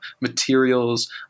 materials